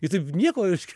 ir taip nieko reiškia